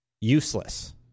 useless